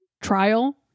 trial